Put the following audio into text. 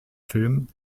film